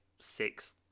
six